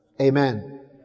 Amen